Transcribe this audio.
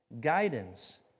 guidance